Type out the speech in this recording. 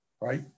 right